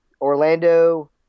Orlando